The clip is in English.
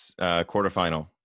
quarterfinal